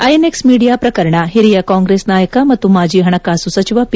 INX media ಪ್ರಕರಣ ಹಿರಿಯ ಕಾಂಗ್ರೆಸ್ ನಾಯಕ ಮತ್ತು ಮಾಜಿ ಹಣಕಾಸು ಸಚಿವ ಪಿ